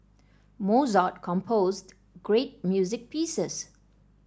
Mozart composed great music pieces